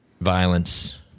violence